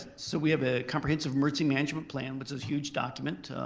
so we have a comprehensive mercy management plan that's a huge document